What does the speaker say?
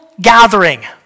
gathering